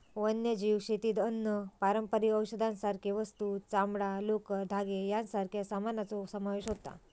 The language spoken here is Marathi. वन्यजीव शेतीत अन्न, पारंपारिक औषधांसारखे वस्तू, चामडां, लोकर, धागे यांच्यासारख्या सामानाचो समावेश होता